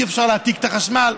אי-אפשר להעתיק את החשמל.